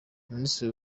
minisiteri